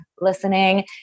listening